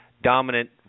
Dominant